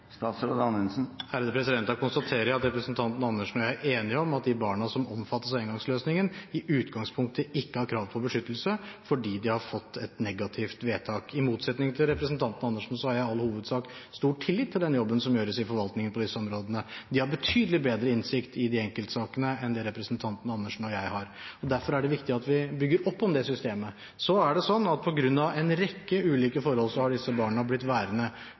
konstaterer jeg at representanten Andersen og jeg er enig om at de barna som omfattes av éngangsløsningen, i utgangspunktet ikke har krav på beskyttelse, fordi de har fått et negativt vedtak. I motsetning til representanten Andersen har jeg i all hovedsak stor tillit til den jobben som gjøres i forvaltningen på disse områdene. Der har de betydelig bedre innsikt i de enkeltsakene enn det representanten Andersen og jeg har. Derfor er det viktig at vi bygger opp om det systemet. Så er det sånn at på grunn av en rekke ulike forhold har disse barna blitt